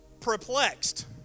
Perplexed